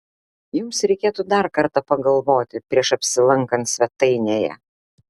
jums reikėtų dar kartą pagalvoti prieš apsilankant svetainėje